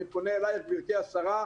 אני פונה אליך גברתי השרה,